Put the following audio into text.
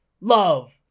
love